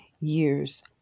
years